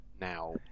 now